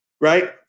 right